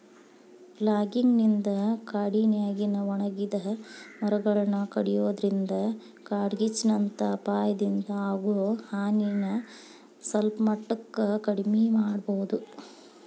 logging ನಿಂದ ಕಾಡಿನ್ಯಾಗಿನ ಒಣಗಿದ ಮರಗಳನ್ನ ಕಡಿಯೋದ್ರಿಂದ ಕಾಡ್ಗಿಚ್ಚಿನಂತ ಅಪಾಯದಿಂದ ಆಗೋ ಹಾನಿನ ಸಲ್ಪಮಟ್ಟಕ್ಕ ಕಡಿಮಿ ಮಾಡಬೋದು